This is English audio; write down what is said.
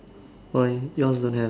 why yours don't have